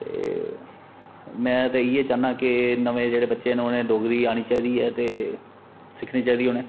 ते में ते इ'यै चाहन्नां के नमें जेहड़े बच्चे न उ'नेंगी डेगरी आनी चाहिदी ते सिक्खनी चाहिदी उ'नें